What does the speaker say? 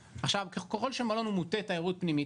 ככל שמלון הוא מוטה תיירות פנימית,